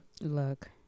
Look